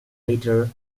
later